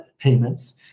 payments